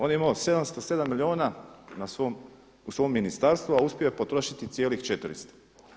On je imao 707 milijuna na svom, u svom ministarstvu, a uspio je potrošiti cijelih 400.